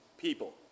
people